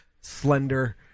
slender